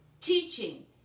teaching